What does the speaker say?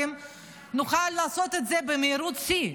נוכל לעשות את זה במהירות שיא,